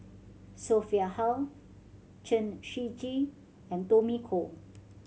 Sophia Hull Chen Shiji and Tommy Koh